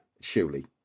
Surely